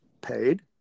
paid